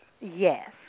Yes